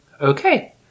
Okay